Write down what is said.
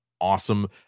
awesome